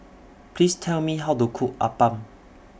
Please Tell Me How to Cook Appam